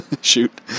Shoot